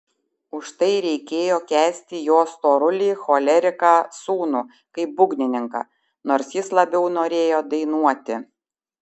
už tai reikėjo kęsti jo storulį choleriką sūnų kaip būgnininką nors jis labiau norėjo dainuoti